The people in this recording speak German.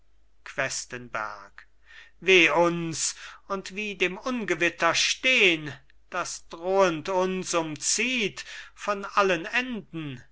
questenberg weh uns und wie dem ungewitter stehn das drohend uns umzieht von allen enden